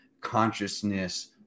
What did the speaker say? consciousness